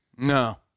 No